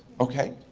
okay,